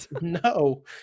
No